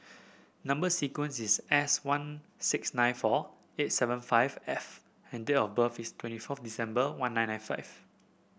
number sequence is S one six nine four eight seven five F and date of birth is twenty fourth December one nine nine five